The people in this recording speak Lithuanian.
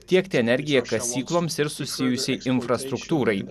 tiekti energiją kasykloms ir susijusiai infrastruktūrai